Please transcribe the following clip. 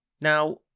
Now